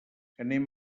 anem